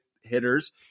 hitters